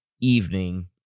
evening